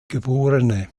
geb